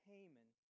Haman